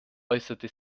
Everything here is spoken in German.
äußerte